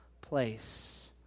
place